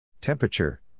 Temperature